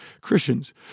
Christians